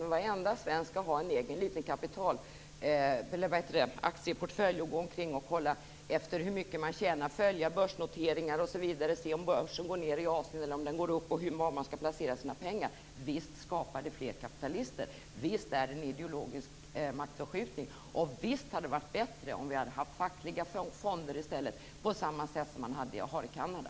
Om varenda svensk skall ha en egen liten aktieportfölj och gå omkring och kolla hur mycket man tjänar, följa börsnoteringar, se om börsen går ned eller upp i Asien och var man skall placera sina pengar - visst skapas det då fler kapitalister. Visst är det en ideologisk maktförskjutning. Och visst hade det varit bättre om vi hade haft fackliga fonder i stället på samma sätt som man har i Kanada.